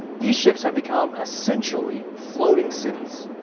these ships have become essentially floating cities,